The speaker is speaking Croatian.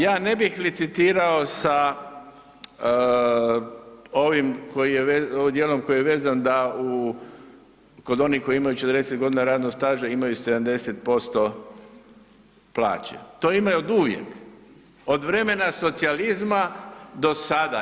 Ja ne bih licitirao sa ovim dijelom koji je vezan da kod onih koji imaju 40 godina radnog staža imaju 70% plaće, to imaju oduvijek, od vremena socijalizma do sada.